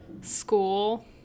school